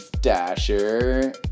Dasher